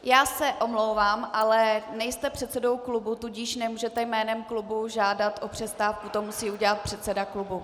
Já se omlouvám, ale nejste předsedou klubu, tudíž nemůžete jménem klubu žádat o přestávku, to musí udělat předseda klubu.